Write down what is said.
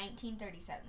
1937